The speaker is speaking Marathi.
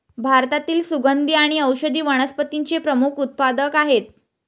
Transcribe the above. भारतातील सुगंधी आणि औषधी वनस्पतींचे प्रमुख उत्पादक आहेत